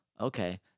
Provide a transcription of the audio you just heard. Okay